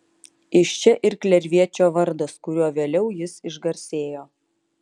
iš čia ir klerviečio vardas kuriuo vėliau jis išgarsėjo